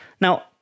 Now